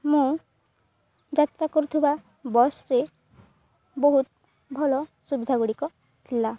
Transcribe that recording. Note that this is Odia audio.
ମୁଁ ଯାତ୍ରା କରୁଥିବା ବସ୍ରେ ବହୁତ ଭଲ ସୁବିଧା ଗୁଡ଼ିକ ଥିଲା